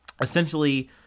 essentially